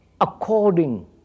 according